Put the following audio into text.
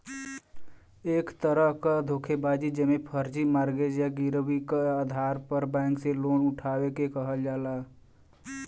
एक तरह क धोखेबाजी जेमे फर्जी मॉर्गेज या गिरवी क आधार पर बैंक से लोन उठावे क कहल जाला